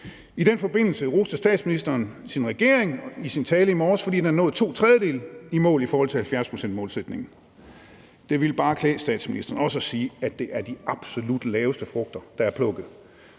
I den forbindelse roste statsministeren sin regering i sin tale i morges, fordi den er nået to tredjedele i mål i forhold til 70-procentsmålsætningen. Det ville bare klæde statsministeren også at sige, at det er de absolut mest lavthængende frugter, der er plukket,